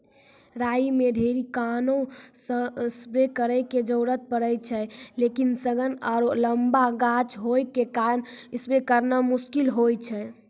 राई मे ढेरी कारणों से स्प्रे करे के जरूरत पड़े छै लेकिन सघन आरु लम्बा गाछ होय के कारण स्प्रे करना मुश्किल होय छै?